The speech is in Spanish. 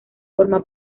forma